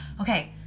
okay